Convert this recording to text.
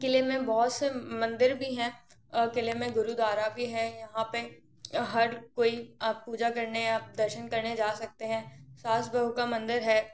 क़िले में बहुत से मंदिर भी हैं अब क़िले में गुरुद्वारा भी है यहाँ पर हर कोई अब पूजा करने अब दर्शन करने जा सकते हैं सास बहु का मंदिर है